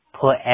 Put